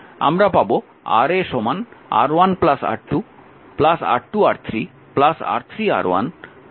আমরা পাব Ra R1R2 R2R3 R3R1 R1